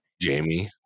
Jamie